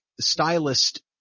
stylist